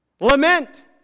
Lament